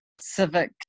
civic